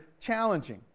challenging